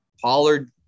Pollard